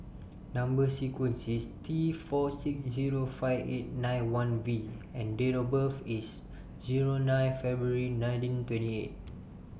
Number sequence IS T four six Zero five eight nine one V and Date of birth IS nine February nineteen twenty eight